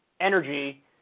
energy